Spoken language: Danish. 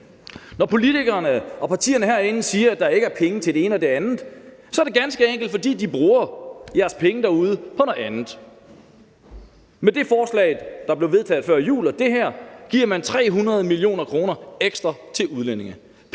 når politikerne og partierne herinde siger, at der ikke er penge til det ene og det andet, er det ganske enkelt, fordi de bruger jeres penge derude på noget andet. Med det forslag, der blev vedtaget før jul, og det her, giver man 300 mio. kr. ekstra til udlændinge